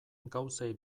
gauzei